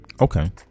Okay